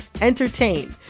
entertain